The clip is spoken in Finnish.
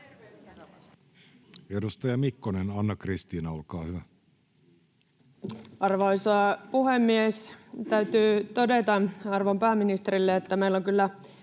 Edustaja Mikkonen, Anna-Kristiina, olkaa hyvä. Arvoisa puhemies! Täytyy todeta arvon pääministerille, että meillä on kyllä